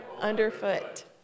underfoot